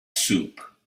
soup